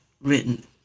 written